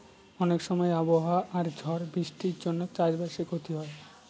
অনেক সময় আবহাওয়া আর ঝড় বৃষ্টির জন্য চাষ বাসে ক্ষতি হয়